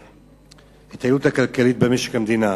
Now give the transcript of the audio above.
ההתייעלות הכלכלית במשק המדינה.